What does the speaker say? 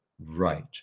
right